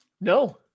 No